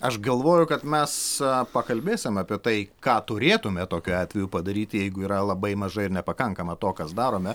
aš galvoju kad mes pakalbėsim apie tai ką turėtume tokiu atveju padaryti jeigu yra labai mažai nepakankama to kas darome